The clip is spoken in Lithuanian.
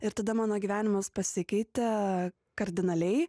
ir tada mano gyvenimas pasikeitė kardinaliai